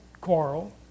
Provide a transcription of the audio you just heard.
quarrel